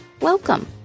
Welcome